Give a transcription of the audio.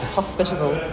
hospitable